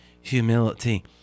humility